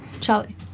Charlie